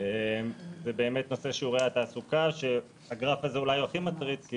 זה באמת נושא שיעורי התעסוקה שהגרף הזה הוא אולי הכי מטריד כי